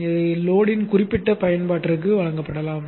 இதை லோடின் குறிப்பிட்ட பயன்பாட்டிற்கு வழங்கப்படலாம்